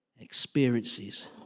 experiences